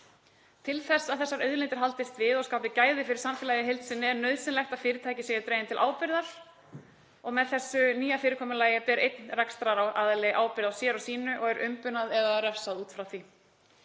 Til þess að þessar auðlindir haldist við og skapi gæði fyrir samfélagið í heild sinni er nauðsynlegt að fyrirtæki séu dregin til ábyrgðar og með þessu nýja fyrirkomulagi ber einn rekstraraðili ábyrgð á sér og sínu og er umbunað eða refsað út frá því.